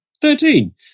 Thirteen